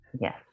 Yes